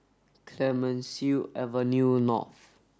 Clemenceau Avenue North